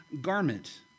garment